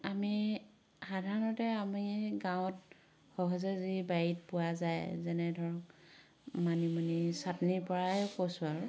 আমি সাধাৰণতে আমি গাঁৱত সহজে যি বাৰীত পোৱা যায় যেনে ধৰক মানিমুনি চাটনীৰ পৰাই কৈছোঁ আৰু